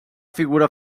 figura